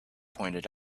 pointed